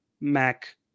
Mac